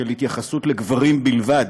של התייחסות לגברים בלבד